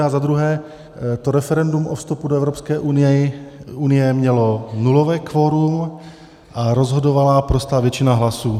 A za druhé to referendum o vstupu do Evropské unie mělo nulové kvorum a rozhodovala prostá většina hlasů.